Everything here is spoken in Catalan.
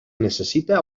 necessita